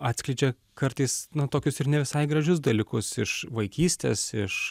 atskleidžia kartais na tokius ir ne visai gražius dalykus iš vaikystės iš